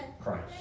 Christ